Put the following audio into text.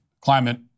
climate